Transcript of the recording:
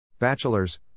Bachelors